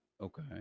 Okay